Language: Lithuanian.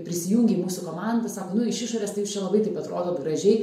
prisijungia į mūsų komandą sako nu iš išorės tai labai taip atrodo gražiai